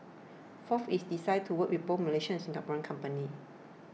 fourth its desire to work with both Malaysian and Singaporean companies